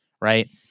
right